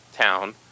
Town